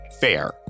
fair